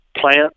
plant